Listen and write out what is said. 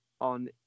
on